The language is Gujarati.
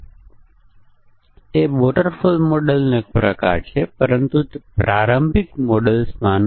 આપણે તેને આ ફોર્મમાં પણ લખી શકીએ છીએ a એ bc કરતા ઓછું છે b એ ac કરતા ઓછું છે અને c એ ab કરતા ઓછું છે